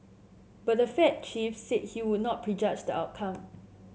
but the Fed chief said he would not prejudge the outcome